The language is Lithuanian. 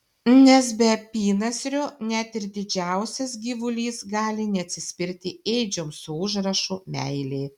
nes be apynasrio net ir didžiausias gyvulys gali neatsispirti ėdžioms su užrašu meilė